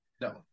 No